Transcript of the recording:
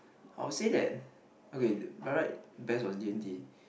I would say that okay by right best was D-and-T